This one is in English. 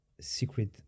secret